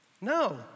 No